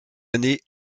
année